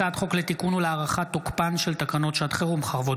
הצעת חוק לתיקון ולהארכת תוקפן של תקנות שעת חירום (חרבות